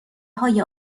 های